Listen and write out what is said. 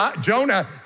Jonah